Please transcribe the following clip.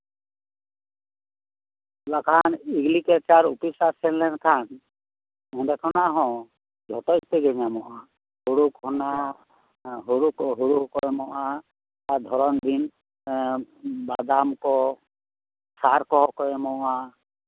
ᱵᱟᱠᱷᱟᱱ agriculture officer ᱴᱷᱮᱱ ᱥᱮᱱ ᱞᱮᱱᱠᱷᱟᱱ ᱚᱸᱰᱮ ᱠᱷᱚᱱᱟᱜ ᱦᱚᱸ ᱡᱚᱛᱚ ᱤᱛᱟᱹᱜᱮ ᱧᱟᱢᱚᱜᱼᱟ ᱦᱩᱲᱩ ᱠᱷᱚᱱᱟᱜ ᱦᱩᱲᱩ ᱠᱚ ᱮᱢᱚᱜᱼᱟ ᱫᱷᱚᱨᱚᱱ ᱫᱤᱱ ᱵᱟᱫᱟᱢ ᱠᱚ ᱥᱟᱨ ᱠᱚᱦᱚ ᱠᱚ ᱮᱢᱚᱜᱼᱟ